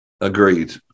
Agreed